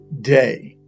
day